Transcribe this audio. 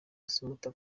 assumpta